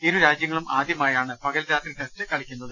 ഇരുരാജ്യങ്ങളും ആദ്യമായാണ് പകൽ രാത്രി ടെസ്റ്റ് കളിക്കുന്നത്